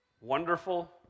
Wonderful